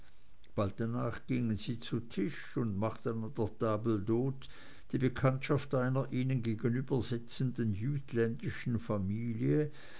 bald danach gingen sie zu tisch und machten an der table d'hte die bekanntschaft einer ihnen gegenübersitzenden jütländischen familie